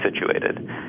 situated